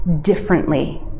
differently